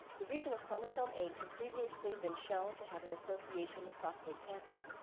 the region of chromosome eight had previously been shown to have an association with prostate cancer.